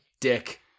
dick